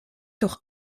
doch